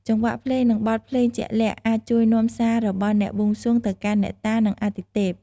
ចង្វាក់ភ្លេង និងបទភ្លេងជាក់លាក់ អាចជួយនាំសាររបស់អ្នកបួងសួងទៅកាន់អ្នកតា និងអាទិទេព។